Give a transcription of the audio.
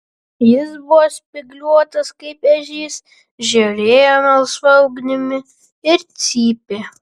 jis buvo spygliuotas kaip ežys žėrėjo melsva ugnimi ir cypė